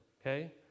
okay